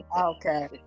Okay